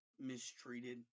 mistreated